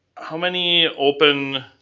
how many open,